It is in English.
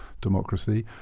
democracy